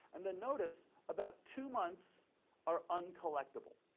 and then notice about two months are uncollectable.